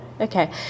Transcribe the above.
Okay